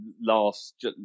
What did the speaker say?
last